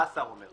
מה השר אומר?